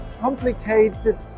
complicated